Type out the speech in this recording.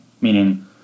Meaning